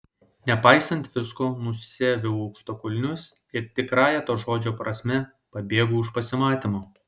nepaisant visko nusiaviau aukštakulnius ir tikrąja to žodžio prasme pabėgau iš pasimatymo